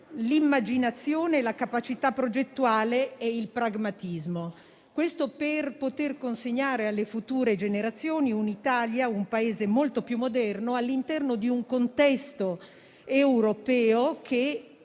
l'immaginazione, la capacità progettuale e il pragmatismo. Questo per poter consegnare alle future generazioni, un Paese molto più moderno all'interno di un contesto europeo, che